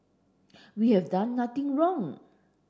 we have done nothing wrong